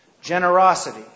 generosity